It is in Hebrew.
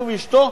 הוא ואשתו,